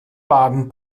baden